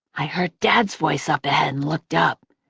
i heard dad's voice up ahead and looked up.